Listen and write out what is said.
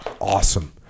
awesome